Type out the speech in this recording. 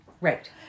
Right